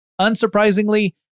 Unsurprisingly